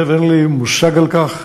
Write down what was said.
אין לי מושג על כך,